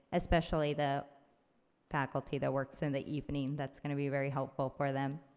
especially the faculty that works in the evening, that's gonna be very helpful for them.